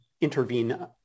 intervene